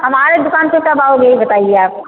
हमारी दुक़ान पर कब आओगे यह बताइए आप